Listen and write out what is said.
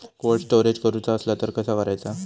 Cold storage करूचा असला तर कसा करायचा?